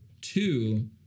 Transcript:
Two